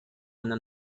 una